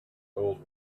old